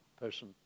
person